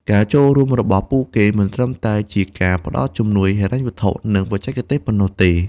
ការចូលរួមរបស់ពួកគេមិនត្រឹមតែជាការផ្តល់ជំនួយហិរញ្ញវត្ថុ និងបច្ចេកទេសប៉ុណ្ណោះទេ។